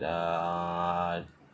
uh